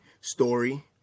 story